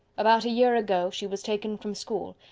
about a year ago, she was taken from school,